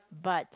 but